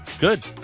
Good